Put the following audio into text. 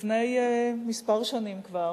לפני כמה שנים כבר.